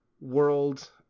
world